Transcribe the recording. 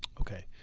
okay.